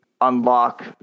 unlock